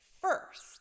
first